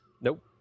Nope